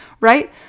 right